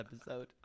episode